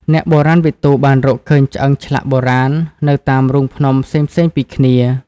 អ្នកបុរាណវិទូបានរកឃើញឆ្អឹងឆ្លាក់បុរាណនៅតាមរូងភ្នំផ្សេងៗពីគ្នា។